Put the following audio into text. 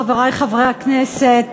חברי חברי הכנסת,